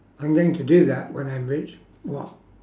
I'm going to do that when I'm rich well